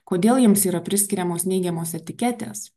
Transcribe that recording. kodėl jiems yra priskiriamos neigiamos etiketės